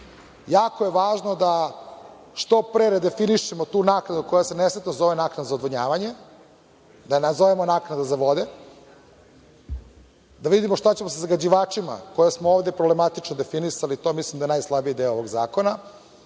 Jako je važno da što pre redefinišemo tu naknadu koja se nesrećno zove naknada za odvodnjavanje, da je nazovemo naknada za vode. Važno je da vidimo šta ćemo sa zagađivačima koje smo ovde problematično definisali. To mislim da je najslabiji deo ovog zakona